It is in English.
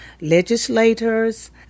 legislators